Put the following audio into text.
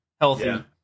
healthy